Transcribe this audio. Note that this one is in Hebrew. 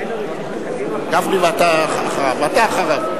האם אתה מודע לכך שישראל ביתנו,